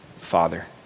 Father